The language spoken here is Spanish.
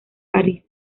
parís